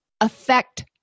affect